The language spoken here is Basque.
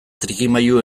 trikimailu